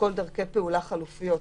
לשקול דרכי פעולה חלופיות.